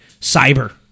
cyber